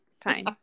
time